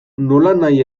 nolanahi